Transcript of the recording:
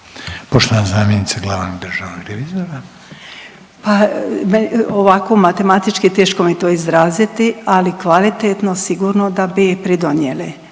Poštovana zamjenica glavnog državnog revizora. **Rogošić, Nediljka** Pa ovako, matematički je teško mi to izraziti ali kvalitetno sigurno da bi pridonijeli.